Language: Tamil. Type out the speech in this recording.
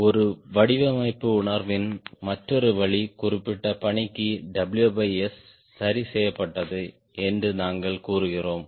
ஒரு வடிவமைப்பு உணர்வின் மற்றொரு வழி குறிப்பிட்ட பணிக்கு WS சரி செய்யப்பட்டது என்று நாங்கள் கூறுகிறோம்